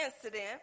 incident